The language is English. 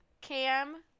Cam